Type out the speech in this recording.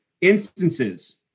instances